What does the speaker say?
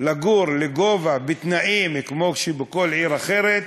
לגור בבנייה לגובה, בתנאים כמו בכל עיר אחרת,